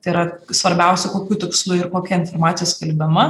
tai yra svarbiausia kokiu tikslu ir kokia informacija skelbiama